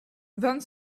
vingt